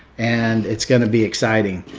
and it's going to be exciting.